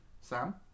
Sam